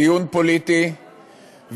דיון פוליטי,